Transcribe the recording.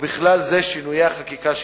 ובכלל זה שינויי החקיקה שהתקבלו.